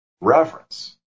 reverence